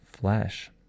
flesh